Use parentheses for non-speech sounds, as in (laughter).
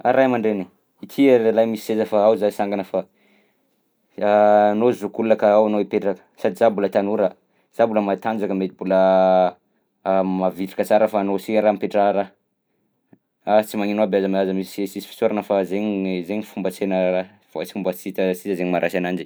Ah ray aman-dreny! Ity azalahy misy seza fa ao zaho hisangana fa (hesitation) anao zokiolona ka ao anao hipetraka sady zaho mbola tanora, zaho mbola matanjaka mety mbola (hesitation) mahavitrika tsara fa anao si araha mipetraha araha. Ah sy magnino aby aza ma- aza misy sisy fisaorana fa zaigny ny zaigny fombansena araha koa ts- fomba sy hita sy hita zay maharatsy ananjy.